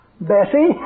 Bessie